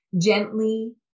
gently